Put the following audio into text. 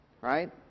Right